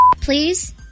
Please